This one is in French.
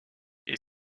est